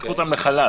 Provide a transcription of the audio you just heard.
לקחו אותם לחל"ת.